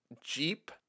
jeep